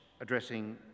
addressing